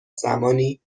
زمانی